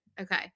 Okay